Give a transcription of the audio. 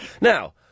Now